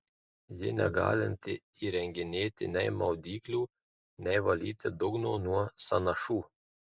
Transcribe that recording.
ji negalinti įrenginėti nei maudyklių nei valyti dugno nuo sąnašų